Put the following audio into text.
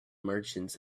merchants